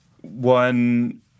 one